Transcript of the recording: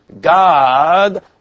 God